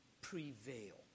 prevail